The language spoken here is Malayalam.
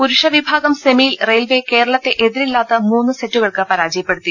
പുരുഷവിഭാഗം സെമിയിൽ റെയിൽവെ കേരളത്തെ എതിരി ല്ലാത്ത മൂന്ന് സെറ്റുകൾക്ക് പരാജയപ്പെടുത്തി